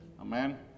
Amen